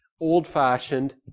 old-fashioned